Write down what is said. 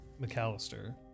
McAllister